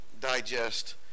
digest